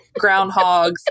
groundhogs